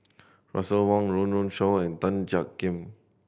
Russel Wong Run Run Shaw and Tan Jiak Kim